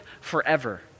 forever